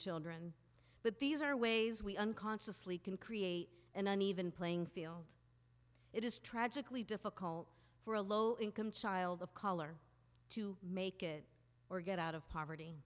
children but these are ways we unconsciously can create an uneven playing field it is tragically difficult for a low income child of color to make it or get out of poverty